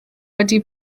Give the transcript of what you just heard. wedi